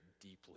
deeply